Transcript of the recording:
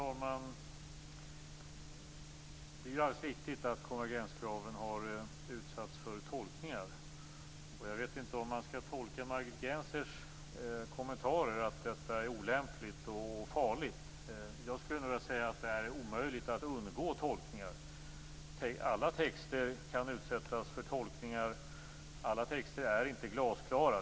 Fru talman! Det är alldeles riktigt att konvergenskraven har utsatts för tolkningar. Jag vet inte om man skall tolka Margit Gennsers kommentarer så, att detta är olämpligt och farligt. Jag skulle nog vilja säga att det är omöjligt att undgå tolkningar. Alla texter kan utsättas för tolkningar. Alla texter är inte glasklara.